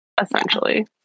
essentially